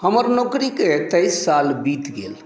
हमर नौकरीके तेइस साल बीत गेल